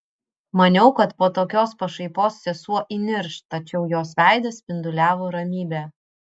maniau kad po tokios pašaipos sesuo įnirš tačiau jos veidas spinduliavo ramybe